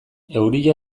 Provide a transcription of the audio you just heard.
euria